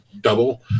double